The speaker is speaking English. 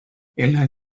inline